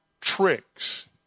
tricks